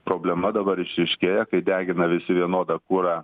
problema dabar išryškėja kai degina visi vienodą kurą